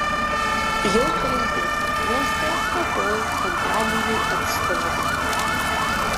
jau kreipėsi neste statoil kompanijų atstovai